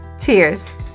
Cheers